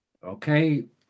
Okay